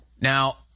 Now